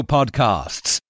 Podcasts